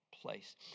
place